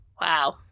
Wow